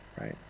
right